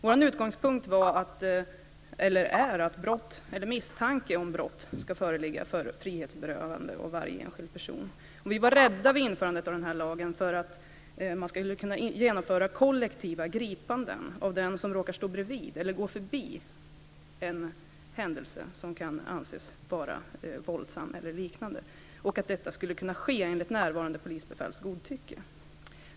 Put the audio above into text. Vår utgångspunkt är att misstanke om brott ska föreligga före frihetsberövande av varje enskild person. Vid införandet av lagen var vi rädda för att man skulle kunna genomföra kollektiva gripanden av dem som råkar stå bredvid eller gå förbi en händelse som kan anses vara våldsam eller liknande, och för att detta skulle kunna ske enligt närvarande polisbefäls godtycke.